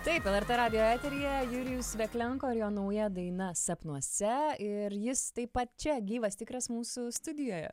taip lrt radijo eteryje jurijus veklenko ir jo nauja daina sapnuose ir jis taip pat čia gyvas tikras mūsų studijoje